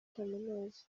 kaminuza